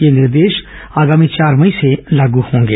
ये निर्देश आगामी चार मई से लागू होंगे